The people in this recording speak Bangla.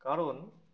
কারণ